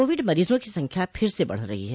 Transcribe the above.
Covid मरीजों की संख्या फिर से बढ़ रही है